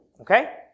Okay